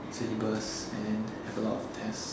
syllabus and then have a lot of test